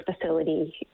facility